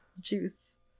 juice